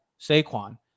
Saquon